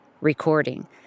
recording